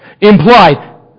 Implied